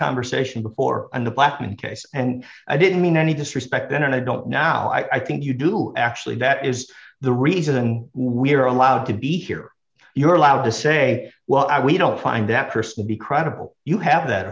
conversation before and blackman case and i didn't mean any disrespect then and i don't now i think you do actually that is the reason we're allowed to be here you're allowed to say well i we don't find that person to be credible you have that